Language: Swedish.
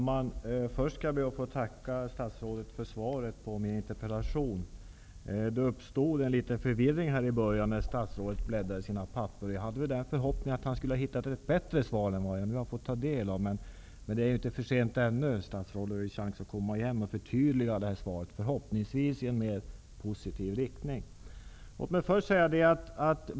Herr talman! Jag ber att få tacka för svaret på min interpellation. Det uppstod litet förvirring i början när statsrådet bläddrade bland sina papper. Jag hade förhoppningen att statsrådet skulle hitta ett bättre svar än det jag nu har fått ta del av, men det är inte för sent ännu. Statsrådet har chans att komma åter för att förtydliga svaret -- förhoppningsvis i en mer positiv riktning.